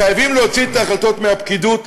חייבים להוציא את ההחלטות מהפקידות.